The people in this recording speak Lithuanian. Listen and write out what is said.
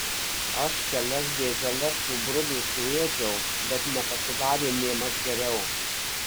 aš kelias dėželes tų brudų suėdžiau bet nepasidarė nėmaž geriau